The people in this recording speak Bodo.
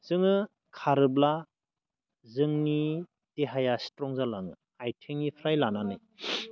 जोङो खारोब्ला जोंनि देहाया स्ट्रं जालाङो आथिंनिफ्राय लानानै